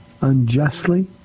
unjustly